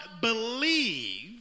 believe